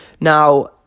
now